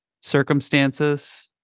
circumstances